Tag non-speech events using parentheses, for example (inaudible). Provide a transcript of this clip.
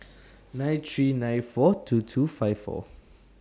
(noise) nine three nine four two two five four